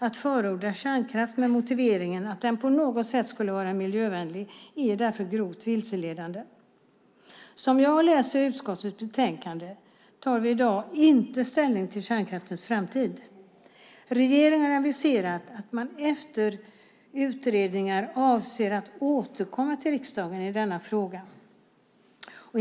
Att förorda kärnkraft med motiveringen att den på något sätt skulle vara miljövänlig är därför grovt vilseledande. Som jag läser utskottets betänkande tar vi i dag inte ställning till kärnkraftens framtid. Regeringen har aviserat att man efter utredningar avser att återkomma till riksdagen i denna fråga.